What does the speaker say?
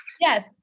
Yes